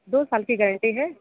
दो साल की गारंटी है